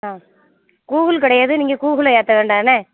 ஆ Google கிடையாது நீங்கள் கூகுளில் ஏற்ற வேண்டாம் என்ன